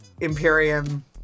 Imperium